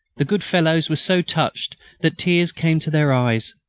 the good fellows were so touched that tears came to their eyes.